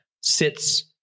sits